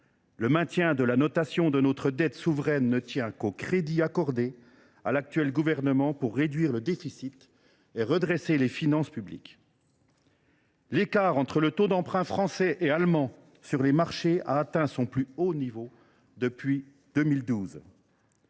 Le maintien de la notation de notre dette souveraine ne tient qu’au crédit accordé à l’actuel gouvernement pour réduire le déficit et redresser nos finances publiques. L’écart entre les taux d’emprunt français et allemand sur les marchés a atteint son plus haut niveau depuis 2012.